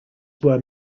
were